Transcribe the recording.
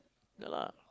ya lah